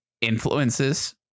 influences